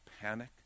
panic